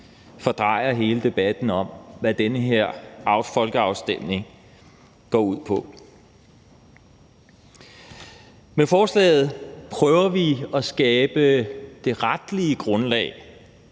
fordrejer hele debatten om, hvad den her folkeafstemning går ud på. Med forslaget prøver vi at skabe det retlige grundlag